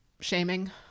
shaming